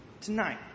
tonight